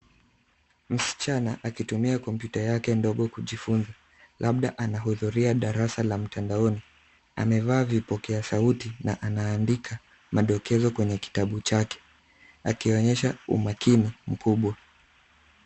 Msichana akitumia kompyuta yake ndogo kujifunza. Labda anahudhuria darasa la mtandaoni. Amevaa vipokea sauti na anaandika madokezo kwenye kitabu chake, akionyesha umakini mkubwa.